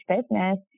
business